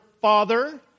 father